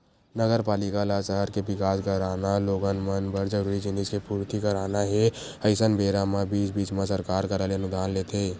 नगरपालिका ल सहर के बिकास कराना लोगन मन बर जरूरी जिनिस के पूरति कराना हे अइसन बेरा म बीच बीच म सरकार करा ले अनुदान लेथे